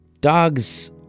Dogs